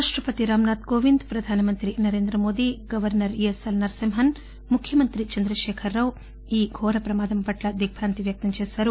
రాష్టపతి రామ్ నాధ్ కోవింద్ ప్రధానమంత్రి Narendra Modi governor ESL Narasimhan ముఖ్యమంత్రి చంద్రశేఖర్ రావు ఈ ఘోర ప్రమాదం పట్ల దిగ్బాంతి వ్యక్తం చేశారు